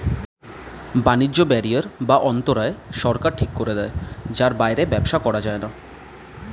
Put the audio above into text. বাণিজ্য ব্যারিয়ার বা অন্তরায় সরকার ঠিক করে দেয় যার বাইরে ব্যবসা করা যায়না